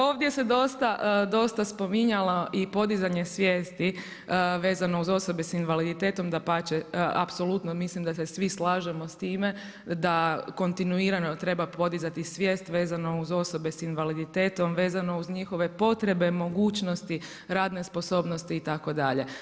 Ovdje se dosta spominjala i podizanje svijesti vezano uz osobe sa invaliditetom, dapače, apsolutno mislim da se svi slažemo sa time da kontinuirano treba podizati svijest vezano uz osobe sa invaliditetom, vezano uz njihove potrebe, mogućnosti, radne sposobnosti itd.